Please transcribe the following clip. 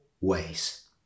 ways